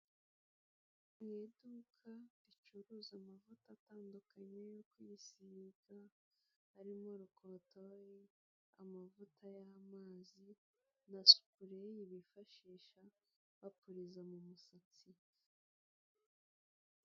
Mu iduka ricuruza amavuta atandukanye yo kwisiga, arimo rukotori, amavuta y'amazi, na supuleyi bifashisha, bapuriza mu musatsi.